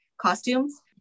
costumes